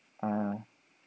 !alah!